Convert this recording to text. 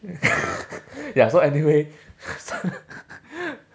ya so anyway